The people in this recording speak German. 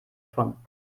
davon